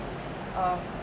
um